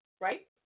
right